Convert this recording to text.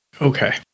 Okay